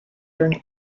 during